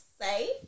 safe